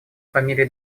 фамилии